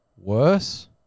worse